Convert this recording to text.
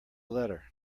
letter